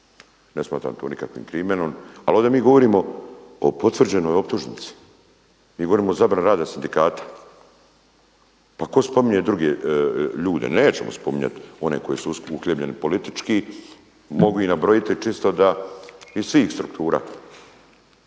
Ne smatram to nikakvim krimenom. Ali ovdje mi govorimo o potvrđenoj optužnici, mi govorimo o zabrani rada sindikata. Pa tko spominje druge ljude. Nećemo spominjati one koji su uhljebljeni politički, mogu ih nabrojiti čisto da iz svih struktura.